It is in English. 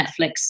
Netflix